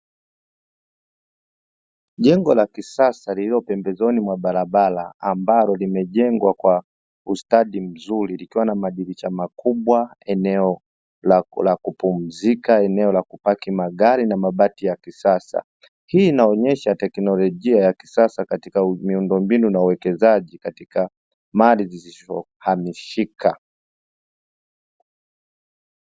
Jengo la kisasa lililo pembezoni mwa barabara, ambalo limejengwa kwa ustadi mzuri, likiwa na madirisha mkubwa, eneo la kupumzika, eneo la kupaki magari na mabati ya kisasa. Hii inaonyesha teknolojia ya kisasa katika miundo mbinu na uwekezaji katika mali zisizo hamishika.